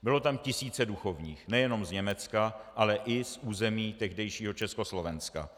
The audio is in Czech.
Bylo tam tisíce duchovních nejenom z Německa, ale i z území tehdejšího Československa.